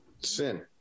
sin